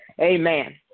Amen